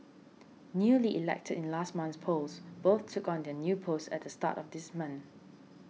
newly elected in last month's polls both took on their new posts at the start of this month